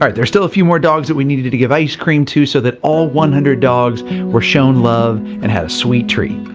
um there's still a few more dogs that we needed to to give ice-cream to so that all one hundred dogs were shown love and had a sweet treat.